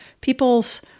peoples